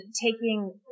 taking